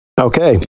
Okay